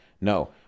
No